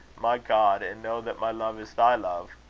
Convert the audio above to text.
my god! and know that my love is thy love,